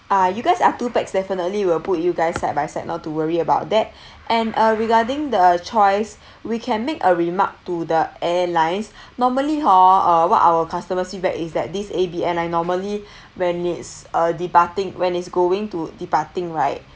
ah you guys are two pax definitely will put you guys side by side not to worry about that and uh regarding the choice we can make a remark to the airlines normally hor uh what our customers' feedback is that this A B airline normally when it's uh departing when it's going to departing right